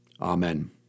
Amen